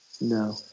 no